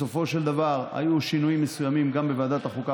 בסופו של דבר היו שינויים מסוימים גם בוועדת החוקה,